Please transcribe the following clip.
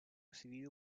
recibido